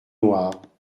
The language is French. noirs